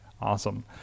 Awesome